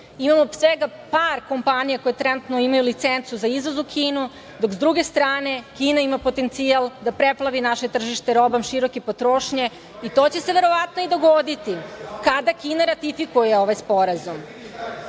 svega par kompanija koje trenutno imaju licencu za izvoz u Kinu, dok sa druge strane Kima potencijal da preplavi naše tržište robom široke potrošnje i to će se verovatno dogoditi kada Kina ratifikuje ovaj sporazum. To